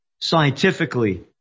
scientifically